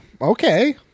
okay